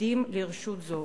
העובדים לרשות זו.